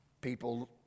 People